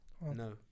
No